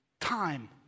time